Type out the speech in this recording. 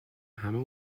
همه